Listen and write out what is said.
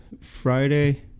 Friday